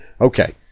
Okay